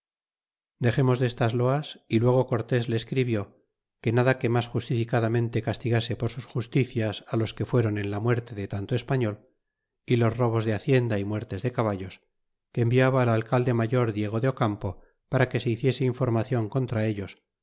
dexemos destas loas y luego cortés le escribió que para que mas justificadamente castigase por justicias á los que fuéron en la muerte de tanto español y robos de hacienda y muertes de caballos que enviaba a alcalde mayor diego de ocampo para que se hiciese informacion contra ellos